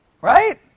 Right